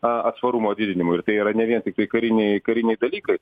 a atsparumo didinimui ir tai yra ne vien tiktai kariniai kariniai dalykai